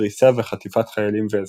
דריסה וחטיפת חיילים ואזרחים.